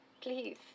please